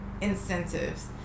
incentives